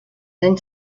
anys